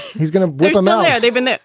he's gonna know yeah they've been there.